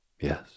Yes